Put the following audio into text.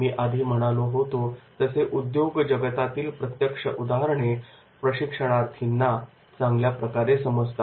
मी आधी म्हणालो तसे उद्योग जगतातील प्रत्यक्ष उदाहरणे प्रशिक्षणार्थींना चांगल्या प्रकारे समजतात